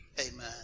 Amen